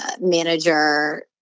manager